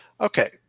okay